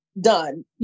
done